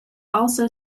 also